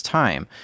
time